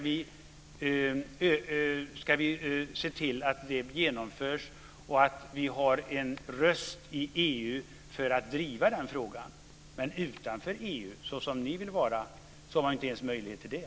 Vi ska se till att det arbetet genomförs och att vi har en röst i EU för att driva den frågan. Men utanför EU, såsom ni vill vara, har vi inte ens möjlighet till det.